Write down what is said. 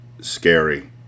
scary